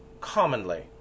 commonly